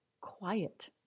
quiet